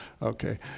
Okay